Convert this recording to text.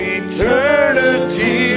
eternity